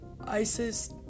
ISIS-